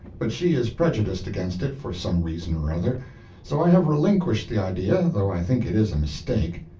but she is prejudiced against it for some reason or other so i have relinquished the idea, though i think it is a mistake.